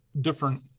different